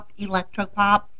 electropop